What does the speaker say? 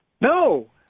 No